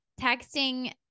texting